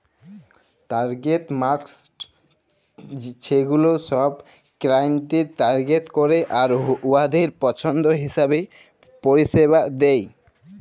target markets ছেগুলা ছব ক্লায়েন্টদের টার্গেট ক্যরে আর উয়াদের পছল্দ হিঁছাবে পরিছেবা দেয়